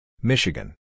Michigan